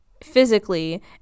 Physically